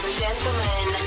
gentlemen